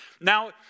Now